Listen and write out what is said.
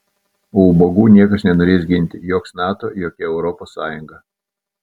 o ubagų niekas nenorės ginti joks nato jokia europos sąjunga